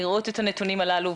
לראות את הנתונים הללו,